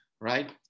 right